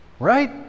Right